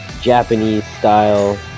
Japanese-style